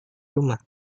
rumah